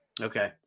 Okay